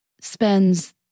spends